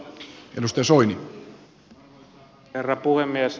arvoisa herra puhemies